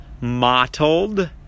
mottled